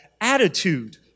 attitude